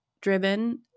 driven